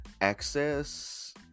access